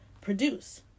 produce